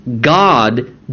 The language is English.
God